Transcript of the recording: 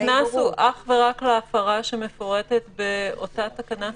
הקנס הוא אך ורק להפרה שמפורטת באותה תקנה ספציפית.